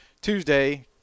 Tuesday